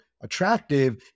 attractive